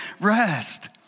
rest